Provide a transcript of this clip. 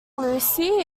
lucy